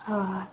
ꯍꯣꯏ ꯍꯣꯏ